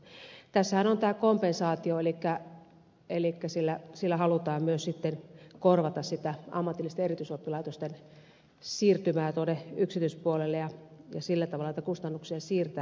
tässähän on tämä kompensaatio elikkä sillä halutaan myös sitten korvata sitä ammatillisten erityisoppilaitosten siirtymää yksityispuolelle ja sillä tavalla kustannuksia siirtää